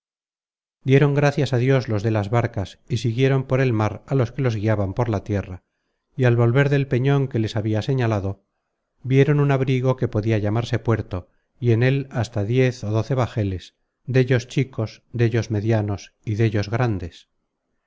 dieron gracias á dios los de las barcas y siguieron por la mar á los que los guiaban por la tierra y al volver del peñon que les habia señalado vieron un abrigo que podia llamarse puerto y en él hasta diez ó doce bajeles dellos chicos dellos medianos y dellos grandes